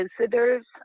visitors